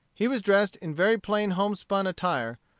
he was dressed in very plain homespun attire,